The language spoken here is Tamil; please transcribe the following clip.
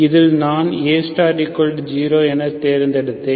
இதில் நான் A0 என தேர்ந்தெடுத்தேன்